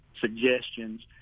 suggestions